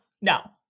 No